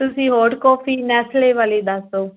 ਤੁਸੀਂ hot coffee Nestle ਵਾਲੀ ਦੱਸ ਦਿਉ